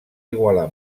igualar